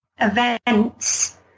events